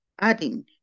adding